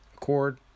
cord